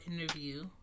interview